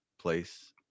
place